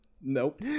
Nope